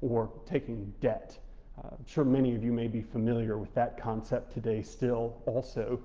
or taking debt. i'm sure many of you may be familiar with that concept today still, also,